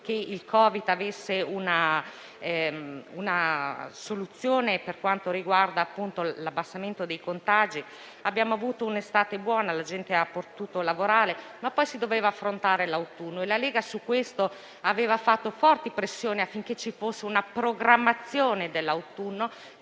che il Covid-19 avesse una soluzione attraverso l'abbassamento dei contagi. Abbiamo avuto una buona estate e la gente ha potuto lavorare, ma poi si doveva affrontare l'autunno. La Lega, a tal riguardo, aveva fatto forti pressioni affinché vi fosse una programmazione dell'autunno,